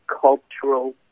cultural